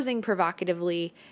provocatively